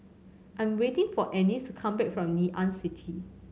I am waiting for Ennis to come back from Ngee Ann City